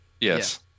Yes